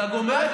אתה גומר,